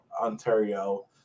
Ontario